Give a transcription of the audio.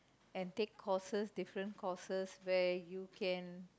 and take courses different courses where you can